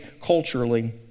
culturally